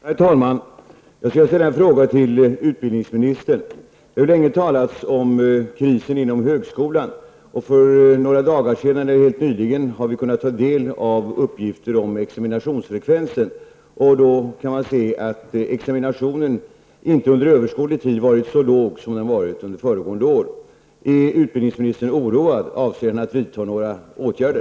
Herr talman! Jag skulle vilja ställa en fråga till utbildningsministern. Det har länge talats om krisen inom högskolan. För bara några dagar sedan kunde vi ta del av uppgifter om examinationsfrekvensen. Den har inte under överskådlig varit så låg som den var under föregående år. Är utbildningsministern oroad? Avser han att vidta några åtgärder?